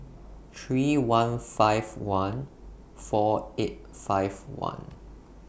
three one five one four eight five one